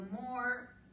more